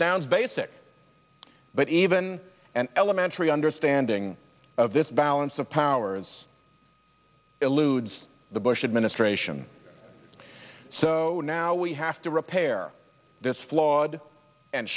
sounds basic but even an elementary understanding of this balance of powers eludes the bush administration so now we have to repair this flawed and